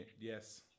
Yes